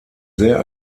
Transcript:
sehr